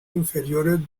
inferiores